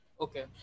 Okay